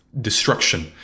destruction